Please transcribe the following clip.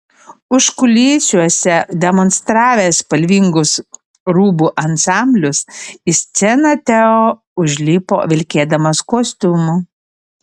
užkulisiuose demonstravęs spalvingus rūbų ansamblius į sceną teo užlipo vilkėdamas kostiumu